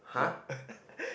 no